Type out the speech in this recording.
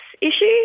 issue